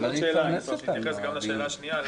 אז שיתייחס גם לשאלה השנייה.